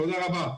תודה רבה.